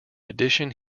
addition